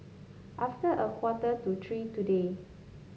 after a quarter to three today